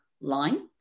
line